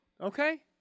okay